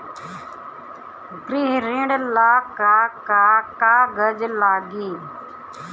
गृह ऋण ला का का कागज लागी?